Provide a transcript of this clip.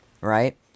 right